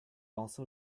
also